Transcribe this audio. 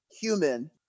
human